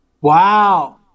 Wow